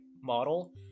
model